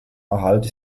erhalt